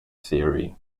theory